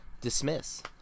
dismiss